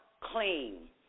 clean